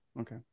Okay